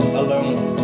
alone